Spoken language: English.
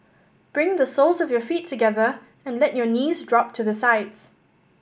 bring the soles of your feet together and let your knees drop to the sides